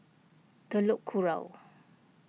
Telok Kurau